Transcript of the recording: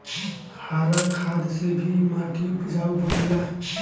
हरा खाद से भी माटी उपजाऊ बनेला